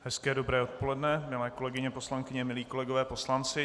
Hezké dobré odpoledne, milé kolegyně, poslankyně, milí kolegové poslanci.